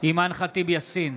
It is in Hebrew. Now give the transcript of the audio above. אימאן ח'טיב יאסין,